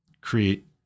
create